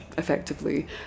effectively